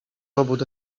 robót